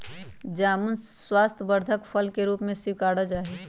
जामुन स्वास्थ्यवर्धक फल के रूप में स्वीकारा जाहई